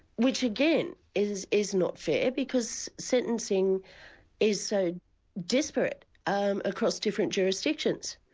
which again, is is not fair, because sentencing is so disparate um across different jurisdictions.